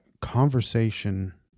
conversation